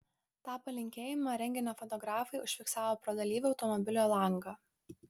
tą palinkėjimą renginio fotografai užfiksavo pro dalyvių automobilio langą